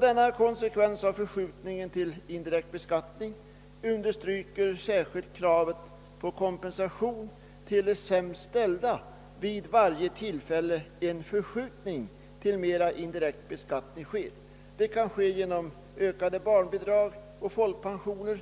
Denna konsekvens av förskjutningen till indirekt beskattning understryker särskilt kravet på kompensation till de sämst ställda vid varje tillfälle som en förskjutning till mera indirekt beskattning sker. En sådan kompensation kan uppnås genom höjda barnbidrag och folkpensioner.